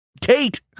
Kate